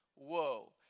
Whoa